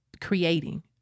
creating